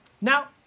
Now